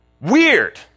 Weird